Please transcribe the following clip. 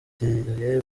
ukuriye